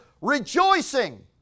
rejoicing